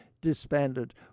disbanded